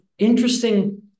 Interesting